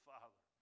Father